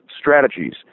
strategies